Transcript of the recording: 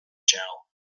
channel